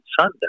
Sunday